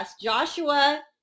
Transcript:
Joshua